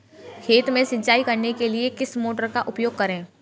खेत में सिंचाई करने के लिए किस मोटर का उपयोग करें?